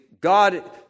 God